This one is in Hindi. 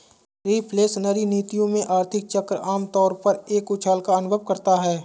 रिफ्लेशनरी नीतियों में, आर्थिक चक्र आम तौर पर एक उछाल का अनुभव करता है